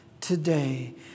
today